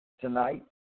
tonight